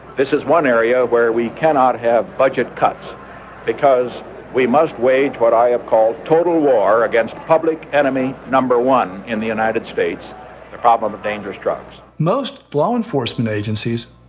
this is one area where we cannot have budget cuts because we must wage what i have called total war against public enemy number one in the united states the problem of dangerous drugs. most law enforcement agencies,